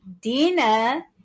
Dina